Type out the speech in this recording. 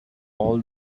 all